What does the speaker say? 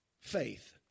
Faith